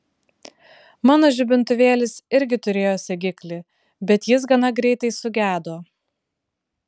mano žibintuvėlis irgi turėjo segiklį bet jis gana greitai sugedo